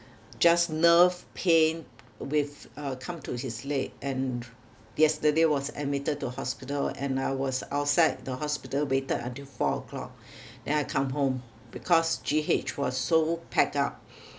just nerve pain with uh come to his leg and yesterday was admitted to hospital and I was outside the hospital waited until four o'clock then I come home because G_H was so packed up